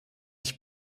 ich